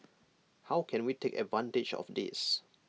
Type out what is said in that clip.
how can we take advantage of this